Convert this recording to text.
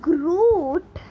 Groot